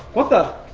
what the!